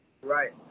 Right